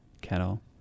kettle